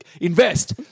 invest